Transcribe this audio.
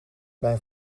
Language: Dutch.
mijn